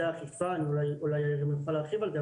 אולי יאיר יוכל להרחיב על זה,